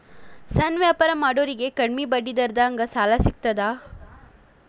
ಸಣ್ಣ ವ್ಯಾಪಾರ ಮಾಡೋರಿಗೆ ಕಡಿಮಿ ಬಡ್ಡಿ ದರದಾಗ್ ಸಾಲಾ ಸಿಗ್ತದಾ?